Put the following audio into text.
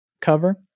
cover